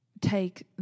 take